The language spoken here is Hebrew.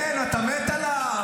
כן, אתה מת עליו.